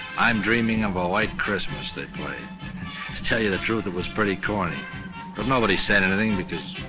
i'm dreaming of a white christmas they played. to tell you the truth it was pretty corny but nobody said anything because,